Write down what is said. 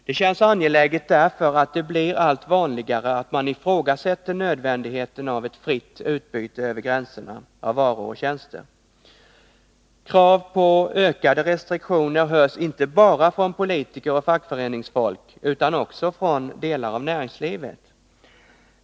Det känns angeläget därför att det blir allt vanligare att man ifrågasätter nödvändigheten av ett fritt utbyte över gränserna av varor och tjänster. Krav på ökade restriktioner hörs inte bara från politiker och fackföreningsfolk utan också från delar av näringslivet.